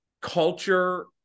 culture